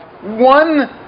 one